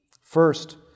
First